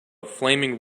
flaming